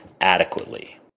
adequately